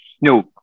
No